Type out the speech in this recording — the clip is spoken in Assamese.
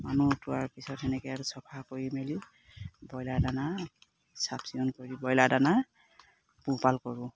মানুহ পিছত সেনেকে আৰু চফা কৰি মেলি ব্ৰইলাৰ দানা চাফ চিকুণ কৰি ব্ৰইলাৰ দানা পোহপাল কৰোঁ